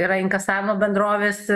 yra inkasavimo bendrovės